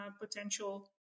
potential